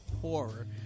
horror